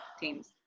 teams